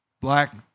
black